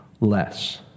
less